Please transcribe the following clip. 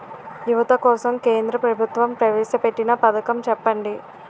యువత కోసం కేంద్ర ప్రభుత్వం ప్రవేశ పెట్టిన పథకం చెప్పండి?